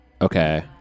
Okay